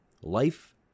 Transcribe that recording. Life